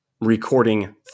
recording